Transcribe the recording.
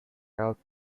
health